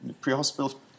pre-hospital